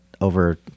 over